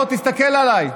בוא, תסתכל עליי.